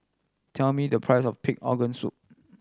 tell me the price of pig organ soup